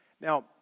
Now